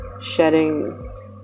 shedding